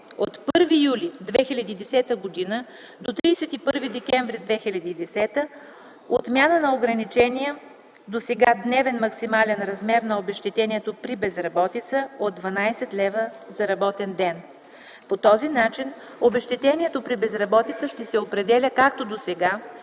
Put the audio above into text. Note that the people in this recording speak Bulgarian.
от 1 юли 2010 г. до 31 декември 2010 г. отмяна на ограничавания досега дневен максимален размер на обезщетението при безработица от 12 лв. за работен ден. По този начин обезщетението при безработица ще се определя, както досега,